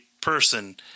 person